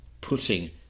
putting